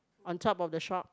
on top of the shop